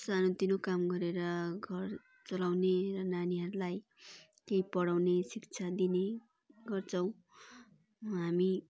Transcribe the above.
सानोतिनो काम गरेर घर चलाउने र नानीहरूलाई केही पढाउने शिक्षा दिने गर्छौँ हामी